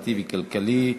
החברתי והכלכלי.